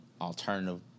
alternative